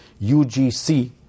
UGC